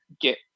get